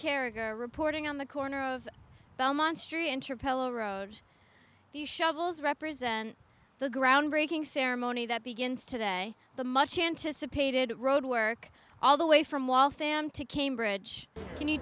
character reporting on the corner of belmont street interpol road the shovels represent the groundbreaking ceremony that begins today the much anticipated road work all the way from